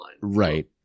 right